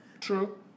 True